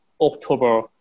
October